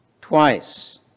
Twice